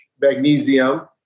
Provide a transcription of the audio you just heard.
magnesium